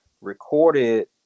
recorded